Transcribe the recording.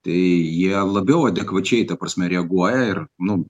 tai jie labiau adekvačiai ta prasme reaguoja ir nu